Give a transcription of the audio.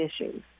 issues